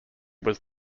was